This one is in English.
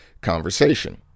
conversation